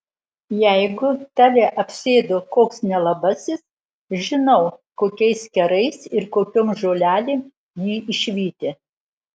jeigu tave apsėdo koks nelabasis žinau kokiais kerais ir kokiom žolelėm jį išvyti